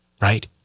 right